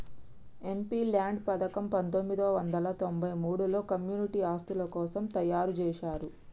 MPLADS పథకం పందొమ్మిది వందల తొంబై మూడులో కమ్యూనిటీ ఆస్తుల కోసం తయ్యారుజేశారు